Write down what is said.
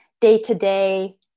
day-to-day